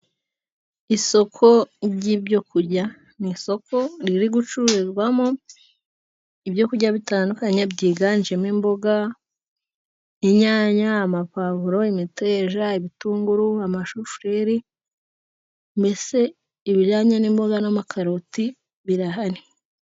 Isoko ry'ibyo kujya mu isoko riri gucuruzwamo ibyo kurya bitandukanye, byiganjemo imboga, inyanya, amapavuro, imiteja, ibitunguru, amashufureri, mbese ibijyanye n'imboga n'amakaroti birahari.